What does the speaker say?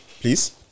Please